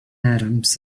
adams